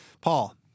Paul